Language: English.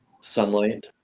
sunlight